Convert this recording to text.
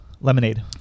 Lemonade